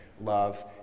love